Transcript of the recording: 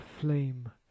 flame